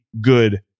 good